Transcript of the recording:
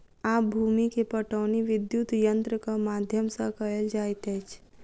आब भूमि के पाटौनी विद्युत यंत्रक माध्यम सॅ कएल जाइत अछि